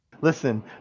Listen